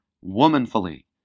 womanfully